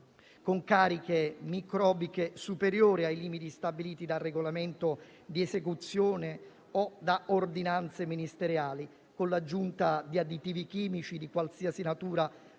con cariche microbiche superiori ai limiti stabiliti dal regolamento di esecuzione o da ordinanze ministeriali, con l'aggiunta di additivi chimici, di qualsiasi natura,